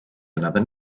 another